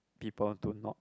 people to not